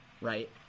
right